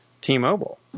T-Mobile